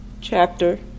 chapter